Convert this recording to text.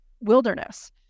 wilderness